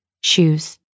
shoes